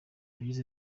yagize